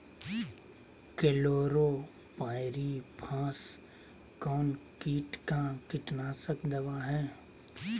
Chlorpyrifos कौन किट का कीटनाशक दवा है?